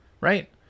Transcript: right